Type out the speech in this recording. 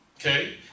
Okay